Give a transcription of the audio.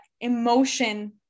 emotion